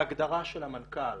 בהגדרה של המנכ"ל